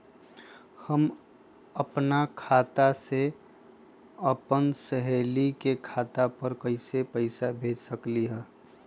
हम अपना खाता से अपन सहेली के खाता पर कइसे पैसा भेज सकली ह?